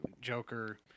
Joker